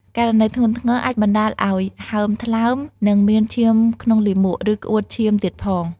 ករណីធ្ងន់ធ្ងរអាចបណ្តាលឱ្យ ហើមថ្លើម និង មានឈាមក្នុងលាមក ឬក្អួតឈាមទៀតផង។